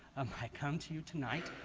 um i come to you tonight.